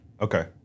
okay